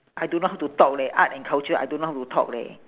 I don't know how to talk leh art and culture I don't know how to talk leh